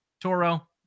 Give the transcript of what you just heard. Toro